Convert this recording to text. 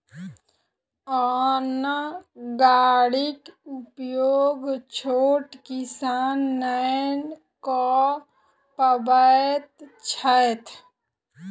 अन्न गाड़ीक उपयोग छोट किसान नै कअ पबैत छैथ